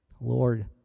Lord